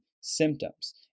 symptoms